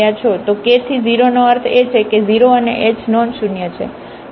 તો k થી 0 નો અર્થ એ છે કે 0 અને h નોન શૂન્ય છે